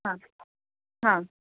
हां हां